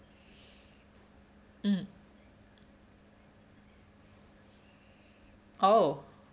mm oh